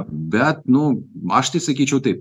bet nu aš tai sakyčiau taip